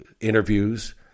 interviews